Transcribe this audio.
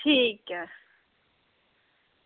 ठीक ऐ